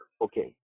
okay